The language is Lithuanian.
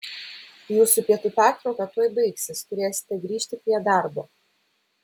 jūsų pietų pertrauka tuoj baigsis turėsite grįžti prie darbo